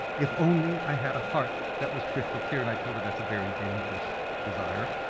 if only i had a heart that was crystal-clear and i told her that's a very dangerous desire